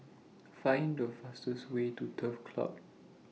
Find The fastest Way to Turf Club